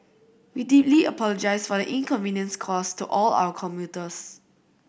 we deeply apologise for the inconvenience caused to all our commuters